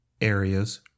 areas